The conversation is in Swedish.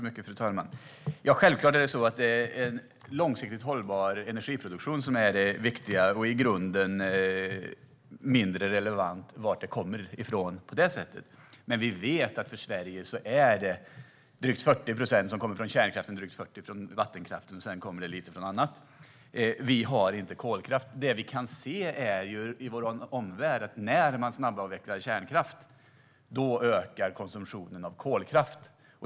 Fru talman! Ja, självklart är det en långsiktigt hållbar energiproduktion som är det viktiga. I grunden är det mindre relevant varifrån den kommer. Men när det gäller Sverige vet vi att det är drygt 40 procent som kommer från kärnkraften och drygt 40 procent som kommer från vattenkraften. Sedan kommer det lite från annat. Vi har inte kolkraft. Det vi kan se i vår omvärld är att när man snabbavvecklar kärnkraft ökar konsumtionen av kolkraft.